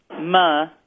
ma